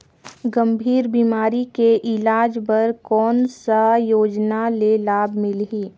गंभीर बीमारी के इलाज बर कौन सा योजना ले लाभ मिलही?